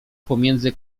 pomiędzy